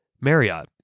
Marriott